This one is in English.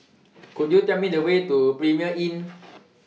Could YOU Tell Me The Way to Premier Inn